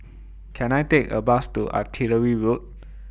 Can I Take A Bus to Artillery Road